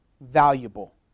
valuable